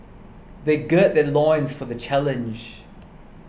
they gird their loins for the challenge